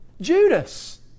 Judas